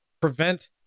prevent